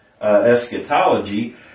eschatology